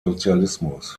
sozialismus